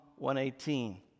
118